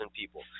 people